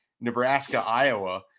Nebraska-Iowa